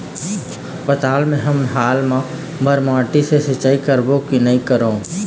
पताल मे हमन हाल मा बर माटी से सिचाई करबो की नई करों?